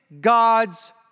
God's